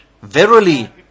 verily